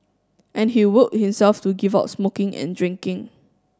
and he willed himself to give up smoking and drinking